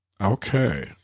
Okay